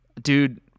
Dude